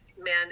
men